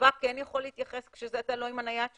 השב"כ כן יכול להתייחס כשאתה לא עם הנייד שלך?